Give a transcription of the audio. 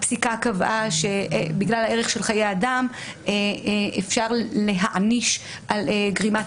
הפסיקה קבעה שבגלל הערך של חיי אדם אפשר להעניש על גרימת